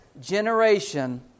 generation